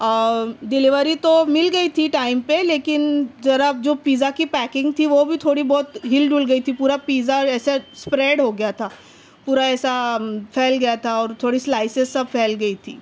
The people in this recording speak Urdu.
اور ڈیلیوری تو مل گئی تھی ٹائم پہ لیکن ذرا جو پزا کے پیکنگ تھی وہ بھی تھوڑی بہت ہل ڈل گئی تھی پورا پزا ایسے اسپریڈ ہو گیا تھا پورا ایسا پھیل گیا تھا اور تھوڑی سلائیسز سب پھیل گئی تھی